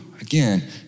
again